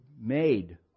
made